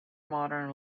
modern